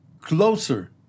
closer